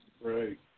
Right